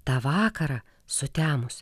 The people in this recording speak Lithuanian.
tą vakarą sutemus